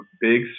big